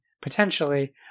potentially